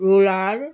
roller